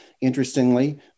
interestingly